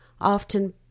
Often